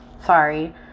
Sorry